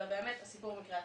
אלא באמת סיפור המקרה עצמו.